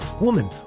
Woman